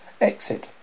Exit